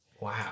Wow